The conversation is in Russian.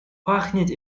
пахнет